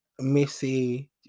Missy